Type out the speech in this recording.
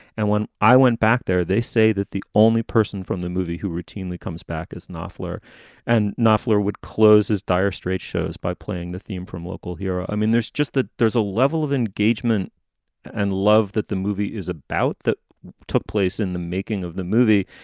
and when i went back there, they say that the only person from the movie who routinely comes back is knopfler and knopfler would close his dire straits shows by playing the theme from local hero. i mean, there's just that. there's a level of engagement and love that the movie is about that took place in the making of the movie.